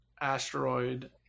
asteroid